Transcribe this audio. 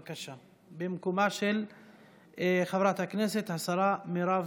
בבקשה, במקומה של חברת הכנסת השרה מרב מיכאלי.